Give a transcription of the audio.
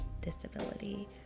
disability